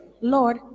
Lord